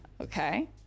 okay